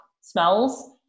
smells